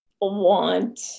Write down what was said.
want